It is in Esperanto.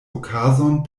okazon